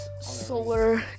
solar